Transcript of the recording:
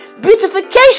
beautification